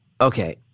okay